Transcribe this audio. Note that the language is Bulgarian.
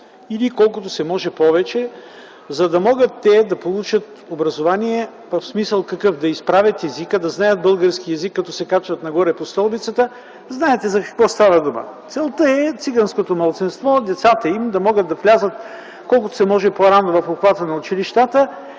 или колкото се може повече, за да могат те да получат образование в смисъл да изправят езика, да знаят българския език, като се качват по стълбицата. Да знаят за какво става дума. Целта е циганското малцинство, децата им да могат да влязат колкото се може по-рано в обхвата на училищата